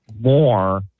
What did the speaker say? more